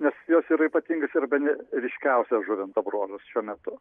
nes jos yra ypatingas ir bene ryškiausias žuvinto bruožas šiuo metu